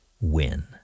win